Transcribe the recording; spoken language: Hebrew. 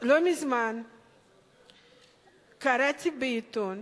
לא מזמן קראתי בעיתון